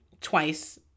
twice